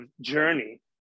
journey